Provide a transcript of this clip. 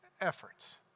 efforts